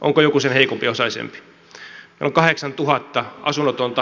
onko joku sen heikko osaisempi